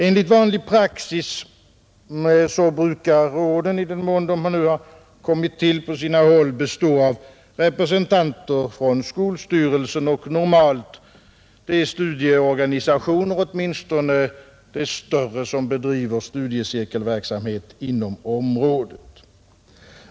Enligt praxis består råden vanligen, i den mån de nu har kommit till på sina håll, av representanter för skolstyrelsen och normalt de studieorganisationer — åtminstone de större — som bedriver studiecirkelverksamhet inom området.